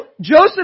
Joseph